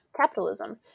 capitalism